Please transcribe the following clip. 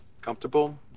comfortable